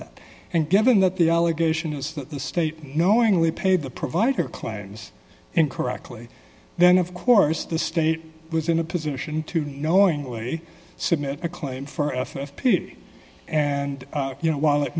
that and given that the allegation is that the state knowingly paid the provider claims incorrectly then of course the state was in a position to knowingly submit a claim for a st period and you know while it